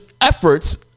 efforts